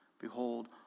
Behold